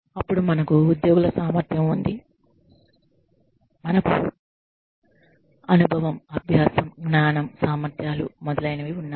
అప్పుడు మనకు ఉద్యోగుల సామర్థ్యం ఉంది మనకు అనుభవం అభ్యాసం జ్ఞానం సామర్థ్యాలు మొదలైనవి ఉన్నాయి